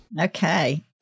Okay